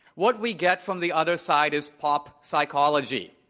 what we get from the other side is pop psychology.